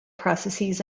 processes